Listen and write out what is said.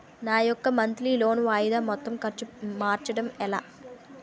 నా యెక్క monthly loan వాయిదా మొత్తం మార్చడం ఎలా?